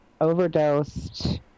overdosed